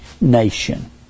nation